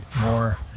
more